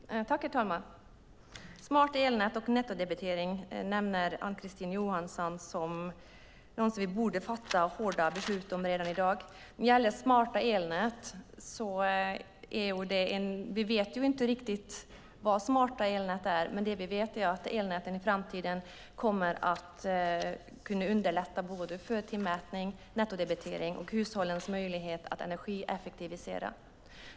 Herr talman! Smarta elnät och nettodebitering nämner Ann-Kristine Johansson som något som vi borde fatta hårda beslut om redan i dag. Vi vet inte riktigt vad smarta elnät är, men det vi vet är att elnäten i framtiden kommer att kunna underlätta för timmätning, nettodebitering och hushållens möjlighet att energieffektivisera.